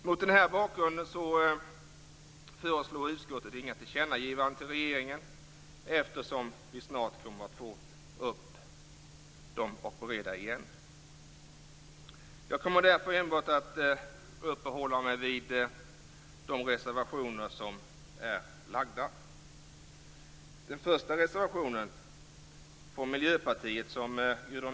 Mot den bakgrunden föreslår utskottet inga tillkännagivanden till regeringen. Vi kommer ju snart att få upp de här frågorna till beredning igen. Jag kommer därför enbart att uppehålla mig vid de reservationer som har lagts fram.